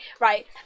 Right